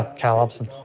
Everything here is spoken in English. ah karl abson.